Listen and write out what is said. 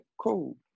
cool